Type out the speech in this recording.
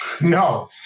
No